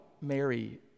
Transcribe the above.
Mary